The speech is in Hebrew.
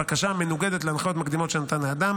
בקשה המנוגדת להנחיות מקדימות שנתן האדם,